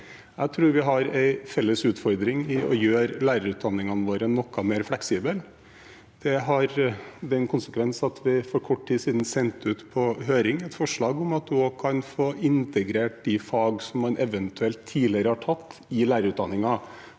Jeg tror vi har en felles utfordring i å gjøre lærerutdanningene våre noe mer fleksible. Det har den konsekvens at vi for kort tid siden sendte ut på høring et forslag om at man også kan få integrert de fagene man eventuelt tidligere har tatt, i lærerutdanningen.